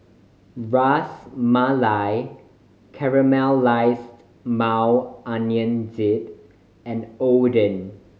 Ras Malai Caramelized Maui Onion Dip and Oden